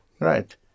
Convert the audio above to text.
right